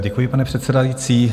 Děkuji, pane předsedající.